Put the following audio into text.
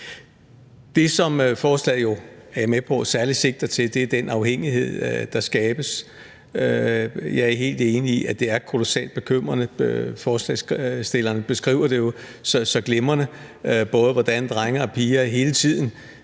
Det, som forslaget jo – er jeg med på – særlig sigter til, er den afhængighed, der skabes. Jeg er helt enig i, at det er kolossalt bekymrende. Forslagsstillerne beskriver jo så glimrende, hvordan både drenge og piger måske